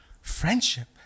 Friendship